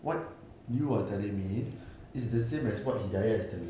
what you are telling me is the same as what hidayah is telling me